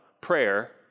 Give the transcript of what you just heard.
prayer